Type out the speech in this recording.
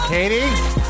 Katie